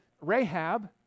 Rahab